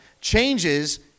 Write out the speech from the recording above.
changes